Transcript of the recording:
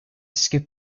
skip